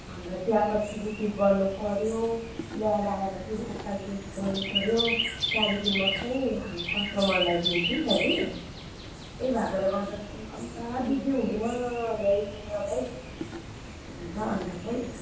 अन्त चियापत्ती रिसिभ गर्नुपऱ्यो ल्याएर आएर फेरि एकताल टेस्ट गर्नुपऱ्यो त्यहाँदेखि मात्रै अब कस्टमरलाई दिन्छु नि त कि त्यही भएकोले गर्दा चाहिँ कम्ता बिजी हुँदैन भ्याइ नभ्याइ हुन्छ अन्त चाहिँ